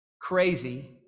crazy